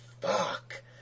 fuck